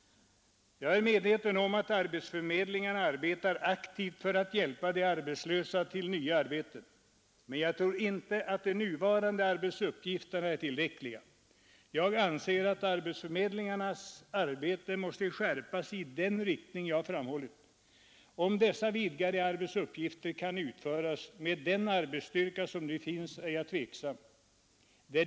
Jag är medveten om att arbetsförmedlingarna arbetar aktivt för att hjälpa de arbetslösa till ny sysselsättning. Men jag tror inte att de nuvarande arbetsuppgifterna är tillräckliga. Jag anser att arbetsförmedlingarnas arbete måste skärpas i den riktning jag har förordat. Huruvida dessa vidgade arbetsuppgifter kan utföras med den arbetsstyrka som nu finns är jag tveksam om.